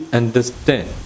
understand